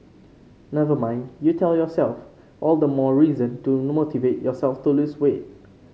never mind you tell yourself all the more reason to motivate yourself to lose weight